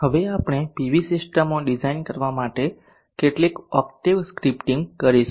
હવે આપણે પીવી સિસ્ટમો ડિઝાઇન કરવા માટે કેટલીક ઓક્ટેવ સ્ક્રિપ્ટીંગ કરીશું